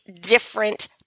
different